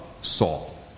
Saul